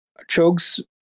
Chugs